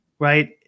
Right